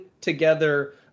together